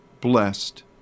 blessed